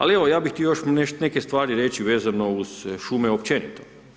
Ali evo ja bih htio još neke stvari reći vezano uz šume općenito.